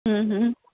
હમ હમ